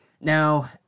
now